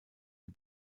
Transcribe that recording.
die